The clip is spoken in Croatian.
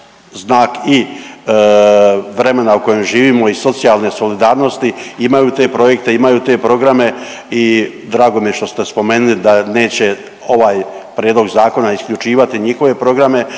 znak i vremena u kojem živimo i socijalne solidarnosti imaju te projekte, imaju te programe i drago mi je što ste spomenuli da neće ovaj prijedlog zakona isključivati njihove programe.